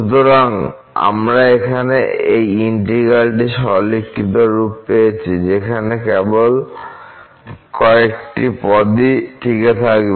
সুতরাং আমরা এখন এই ইন্টিগ্র্যালটির সরলীকৃত রূপ পেয়েছি যেখানে কেবল কয়েকটি পদই টিকে থাকবে